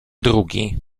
drugi